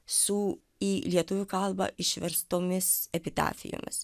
su į lietuvių kalbą išverstomis epitafijomis